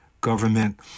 government